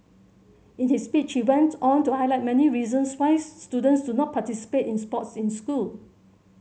in his speech he went on to highlight many reasons why students do not participate in sports in school